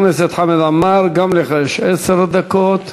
חבר הכנסת חמד עמאר, גם לך יש עשר דקות.